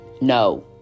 No